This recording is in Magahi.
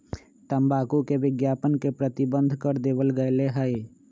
तंबाकू के विज्ञापन के प्रतिबंध कर देवल गयले है